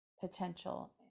potential